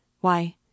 Why